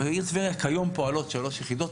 בעיר טבריה כיום פועלות שלוש יחידות.